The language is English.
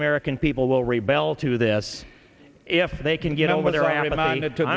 american people will rebel to this if they can get over there